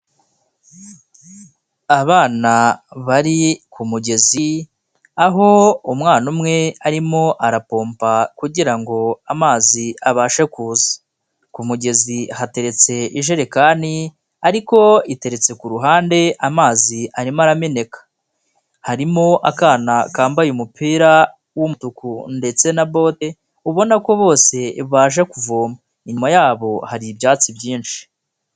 Abana bari ku ku mugezi, aho umwana umwe arimo arapompa kugira ngo amazi abashe kuza, ku mugezi hateretse ijerekani, ariko iteretse ku ruhande amazi arimo arameneka, harimo akana kambaye umupira w'umutuku ndetse na bote, ubona ko bose baje kuvoma, inyuma yabo hari ibyatsi byinshi.